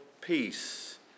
peace